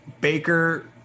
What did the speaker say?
Baker